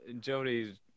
jody